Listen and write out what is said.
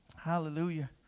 hallelujah